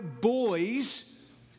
boys